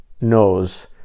knows